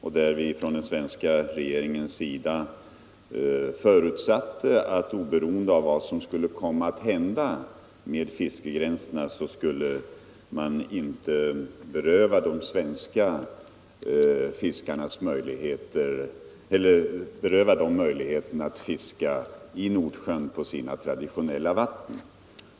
Vi förutsatte då från den svenska regeringens sida att oberoende av vad som kunde komma att hända med fiskegränserna skulle de svenska fiskarna inte berövas möjligheten att fiska i Nordsjön på sina traditionella vatten.